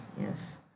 yes